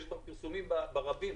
יש גם פרסומים ברבים,